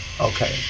okay